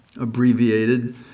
abbreviated